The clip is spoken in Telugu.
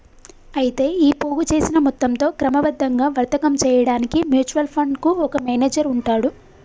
అయితే ఈ పోగు చేసిన మొత్తంతో క్రమబద్ధంగా వర్తకం చేయడానికి మ్యూచువల్ ఫండ్ కు ఒక మేనేజర్ ఉంటాడు